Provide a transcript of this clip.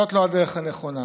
זאת לא הדרך הנכונה.